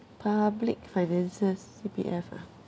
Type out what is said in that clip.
public finances C_P_F ah